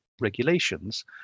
regulations